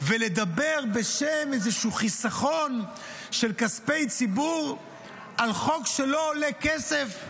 ובשם איזשהו חיסכון של כספי ציבור לדבר על חוק שלא עולה כסף?